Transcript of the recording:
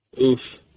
Oof